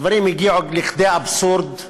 הדברים הגיעו לכדי אבסורד.